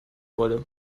wolle